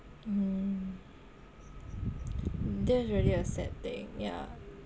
mm that's really a sad thing yah